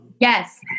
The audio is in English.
yes